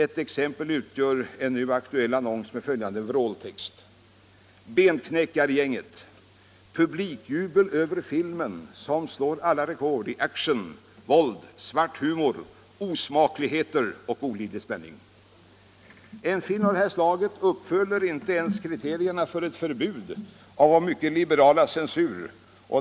Ett exempel utgör en nu aktuell annons med följande vråltext: ”Benknäckargänget. Publikjubel över filmen som slår alla rekord i action, våld, svart humor, osmakligheter och olidlig spänning.” En film av detta slag uppfyller inte ens kriterierna för ett förbud av vår mycket liberala censur.